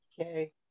Okay